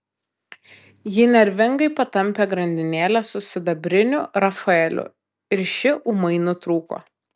ji nervingai patampė grandinėlę su sidabriniu rafaeliu ir ši ūmai nutrūko